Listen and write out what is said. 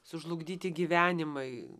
sužlugdyti gyvenimai